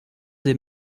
des